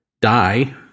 die